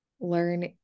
learn